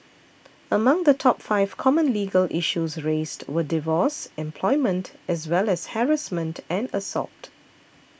among the top five common legal issues raised were divorce employment as well as harassment and assault